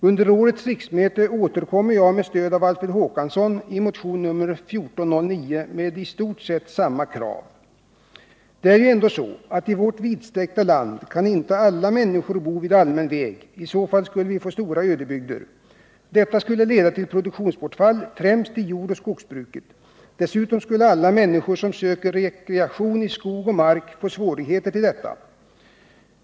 Vid årets riksmöte återkommer jag med stöd av Alfred Håkansson i motion nr 1409 med i stort sett samma krav. Det är ju ändå så, att i vårt vidsträckta land kan inte alla människor bo vid allmän väg — i så fall skulle vi få stora ödebygder. Detta skulle leda till produktionsbortfall, främst i jordoch skogsbruket. Dessutom skulle alla människor som söker rekreation i skog och mark få svårigheter till detta.